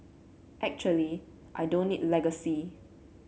actually I don't need legacy